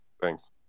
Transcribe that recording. Thanks